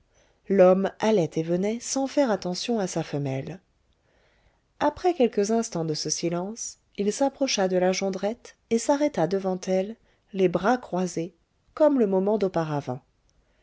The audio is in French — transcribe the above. l'homme allait et venait sans faire attention à sa femelle après quelques instants de ce silence il s'approcha de la jondrette et s'arrêta devant elle les bras croisés comme le moment d'auparavant